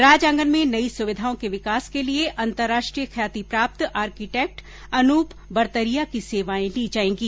राज आंगन में नई सुविधाओं के विकास के लिए अन्तरराष्ट्रीय ख्याति प्राप्त आर्किटेक्ट अनूप बरतरिया की सेवाएं ली जाएंगी